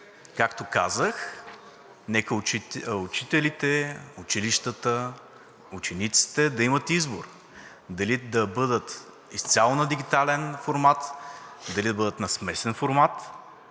Както казах, нека учителите, училищата, учениците да имат избор дали да бъдат изцяло на дигитален формат, дали да бъдат на смесен формат,